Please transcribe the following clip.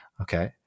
Okay